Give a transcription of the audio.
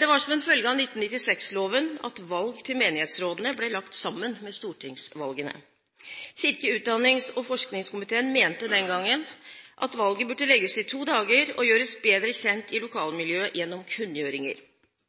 Det var som en følge av 1996-loven at valg til menighetsrådene ble lagt sammen med stortingsvalgene. Kirke-, utdannings- og forskningskomiteen mente den gangen at valget burde legges til to dager og gjøres bedre kjent i lokalmiljøet gjennom kunngjøringer.